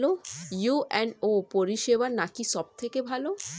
UNO পরিসেবা নাকি সব থেকে ভালো?